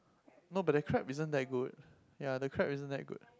no but their crab isn't that good ya the crab isn't that good